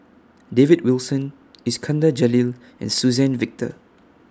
David Wilson Iskandar Jalil and Suzann Victor